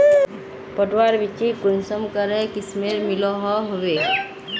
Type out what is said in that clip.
पटवार बिच्ची कुंसम करे किस्मेर मिलोहो होबे?